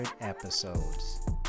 episodes